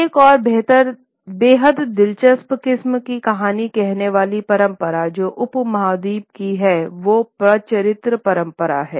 एक और बेहद दिलचस्प किस्म की कहानी कहने वाली परंपरा जो उपमहाद्वीप की है वो पचरित्र परंपरा हैं